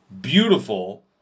beautiful